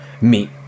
meet